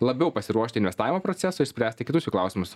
labiau pasiruošti investavimo procesui ir spręsti kitus jų klausimus